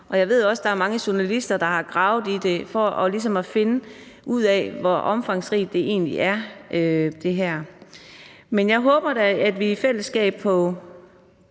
Jeg ved også, at der er mange journalister, der har gravet i det for ligesom at finde ud af, hvor omfangsrigt det her egentlig er. Men jeg håber da, at vi i fællesskab kan